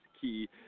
key